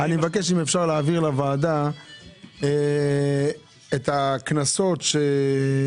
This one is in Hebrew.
אני מבקש אם אפשר להעביר לוועדה את הקנסות שקיבלו